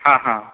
ହଁ ହଁ